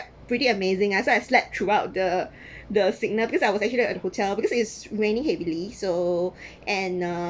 pretty amazing ah so I slept throughout the the signal because I was actually at the hotel because it's raining heavily so and uh